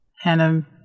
Hannah